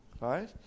right